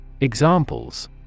Examples